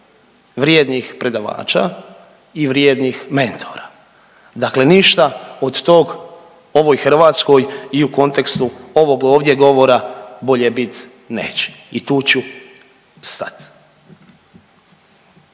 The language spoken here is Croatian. vrijednih predavača i vrijednih mentora. Dakle, ništa od tog ovoj Hrvatskoj i u kontekstu ovog ovdje govora bolje bit neće. I tu ću stat.